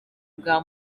bwa